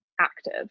active